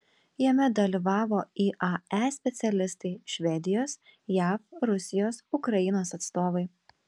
jame dalyvavo iae specialistai švedijos jav rusijos ukrainos atstovai